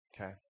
Okay